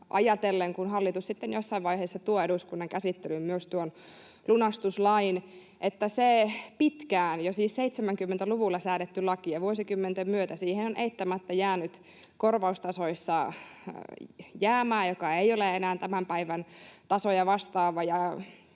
ajatellen, kun hallitus sitten jossain vaiheessa tuo eduskunnan käsittelyyn myös tuon lunastuslain. Se on pitkään, jo siis 70-luvulla säädetty laki, ja vuosikymmenten myötä siihen on eittämättä jäänyt korvaustasoissa jäämää, joka ei ole enää tämän päivän tasoja vastaava.